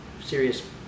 serious